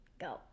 Go